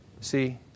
See